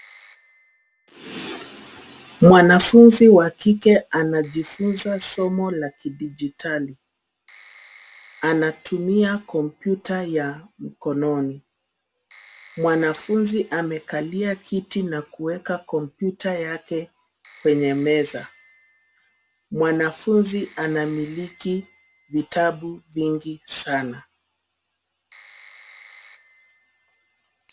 Mwanafunzi wa kike anajifunza somo la kidijitali, anatumia kompyuta ya mkononi. Mwanfunzi amekalia kiti na kueka kompyuta yake kwenye meza. Mwanafunzi anamiliki vitabu vingi sana.